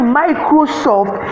microsoft